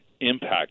impact